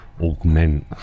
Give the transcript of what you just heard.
augment